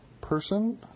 person